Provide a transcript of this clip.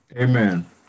Amen